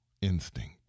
instinct